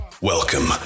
welcome